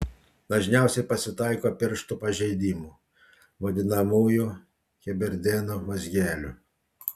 dažniausiai pasitaiko piršto pažeidimų vadinamųjų heberdeno mazgelių